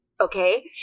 okay